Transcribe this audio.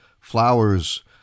flowers